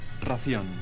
ración